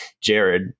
Jared